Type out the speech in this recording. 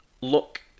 look